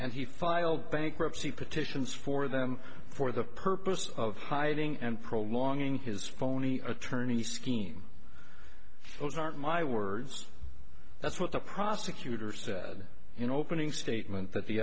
and he filed bankruptcy petitions for them for the purpose of hiding and prolonging his phony attorney scheme those aren't my words that's what the prosecutor said in opening statement that the